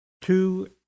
two